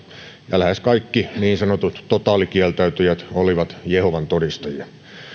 ja lähes kaikki niin sanotut totaalikieltäytyjät olivat jehovan todistajia